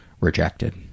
rejected